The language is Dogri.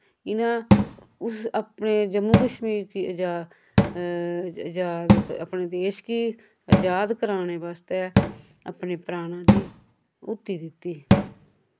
इनां उस अपने जम्मू कश्मीर की अजा अजाद अपने देश कि अजाद कराने वास्ते अपने प्राणा दी अहूती दित्ती ही